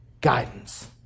guidance